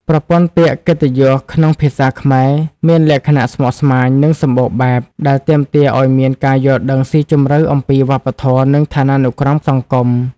ប្រព័ន្ធពាក្យកិត្តិយសក្នុងភាសាខ្មែរមានលក្ខណៈស្មុគស្មាញ និងសម្បូរបែប ដែលទាមទារឱ្យមានការយល់ដឹងស៊ីជម្រៅអំពីវប្បធម៌ និងឋានានុក្រមសង្គម។